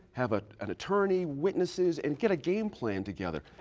have ah an attorney, witnesses, and get a game plan together.